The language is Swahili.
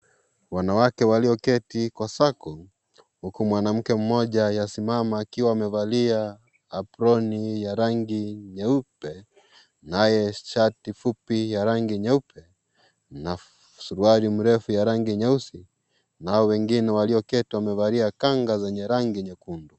Wanawake walioketi kwa circle , huku mwanamke mmoja yasimama akiwa amevalia aproni ya rangi nyeupe, naye shati fupi ya rangi nyeupe, na suruali mrefu ya rangi nyeusi, na hao wengine walioketi wamevalia kanga za rangi nyekundu.